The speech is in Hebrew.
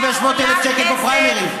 500,000 שקל בפריימריז?